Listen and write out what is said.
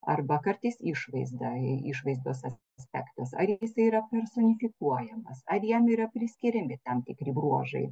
arba kartais išvaizdą išvaizdos aspektas ar jisai yra personifikuojamas ar jam yra priskiriami tam tikri bruožai